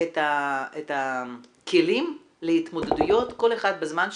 את הכלים להתמודדויות, כל אחד בזמן שלו.